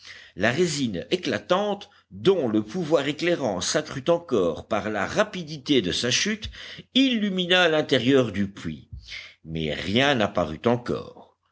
la résine éclatante dont le pouvoir éclairant s'accrut encore par la rapidité de sa chute illumina l'intérieur du puits mais rien n'apparut encore